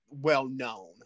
well-known